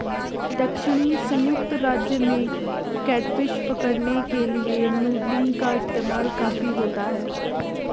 दक्षिणी संयुक्त राज्य में कैटफिश पकड़ने के लिए नूडलिंग का इस्तेमाल काफी होता है